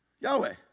Yahweh